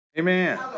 Amen